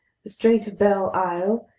the strait of belle isle,